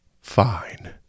Fine